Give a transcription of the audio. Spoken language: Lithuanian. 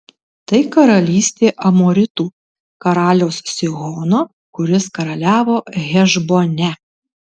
tai karalystė amoritų karaliaus sihono kuris karaliavo hešbone